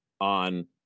on